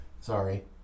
Sorry